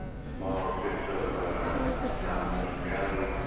small bits of non-living reality,